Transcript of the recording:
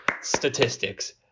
Statistics